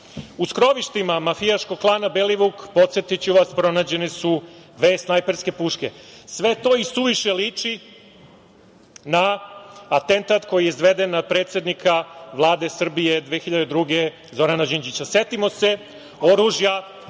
skrovištima mafijaškog klana „Belivuk“, podsetiću vas, pronađene su dve snajperske puške. Sve to i suviše liči na atentat koji je izveden na predsednika Vlade Srbije 2002. godine, Zorana Đinđića.